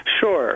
Sure